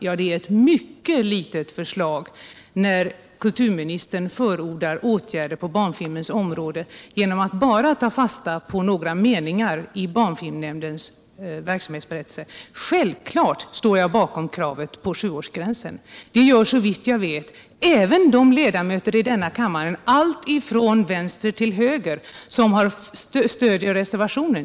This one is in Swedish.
Ja, det är ett mycket litet förslag när kulturministern förordar åtgärder på barnfilmens område genom att bara ta fasta på några meningar i barnfilmnämndens verksamhetsberättelse. Självklart står jag bakom kravet på sjuårsgränsen. Det gör såvitt jag vet även de ledamöter av denna kammare, från vänster till höger, som stöder reservationen.